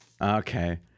Okay